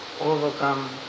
overcome